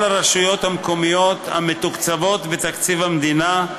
הרשויות המקומיות המתוקצבות בתקציב המדינה,